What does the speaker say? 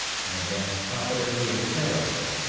and advanced confidently and carelessly.